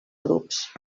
grups